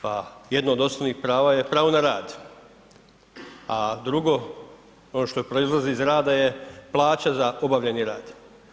Pa jedno od osnovnih prava je pravo na rad a drugo ono što proizlazi iz rada je plaća za obavljeni rad.